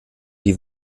die